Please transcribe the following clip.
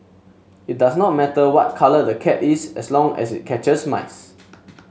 it does not matter what colour the cat is as long as it catches mice